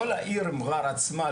לא לעיר מע'אר עצמה,